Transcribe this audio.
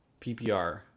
PPR